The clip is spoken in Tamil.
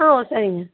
ஆ சரிங்க